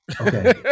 Okay